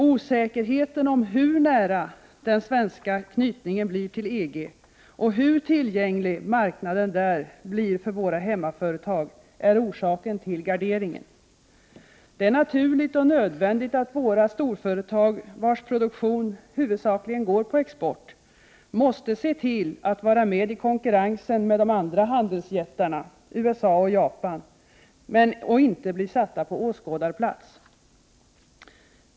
Osäkerheten om hur nära Sverige knyts till EG och hur tillgänglig marknaden där blir för våra hemmaföretag är orsaken till garderingen. Det är naturligt och nödvändigt att våra storföretag, vars produktion huvudsakligen går på export, ser till att de är med i konkurrensen med de andra handelsjättarna — USA och Japan — och inte hamnar på åskådarplats.